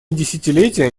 десятилетия